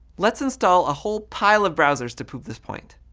let's install a whole pile of browsers to prove this point.